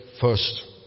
first